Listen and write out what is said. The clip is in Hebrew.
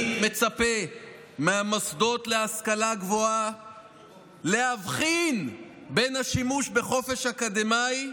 אני מצפה מהמוסדות להשכלה גבוהה להבחין בין השימוש בחופש אקדמי,